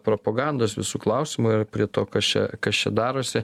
propagandos visų klausimų ir prie to kas čia kas čia darosi